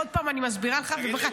עוד פעם אני מסבירה לך --- תגיד לי,